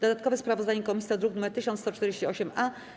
Dodatkowe sprawozdanie komisji to druk nr 1148-A.